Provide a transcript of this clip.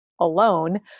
alone